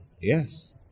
Yes